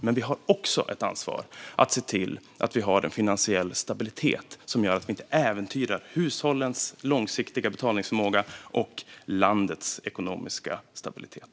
Men vi har också ett ansvar att se till att vi har en finansiell stabilitet som gör att vi inte äventyrar hushållens långsiktiga betalningsförmåga och landets ekonomiska stabilitet.